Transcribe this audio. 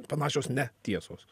panašios ne tiesos